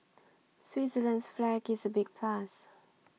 Switzerland's flag is a big plus